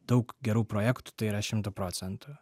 daug gerų projektų tai yra šimtu procentų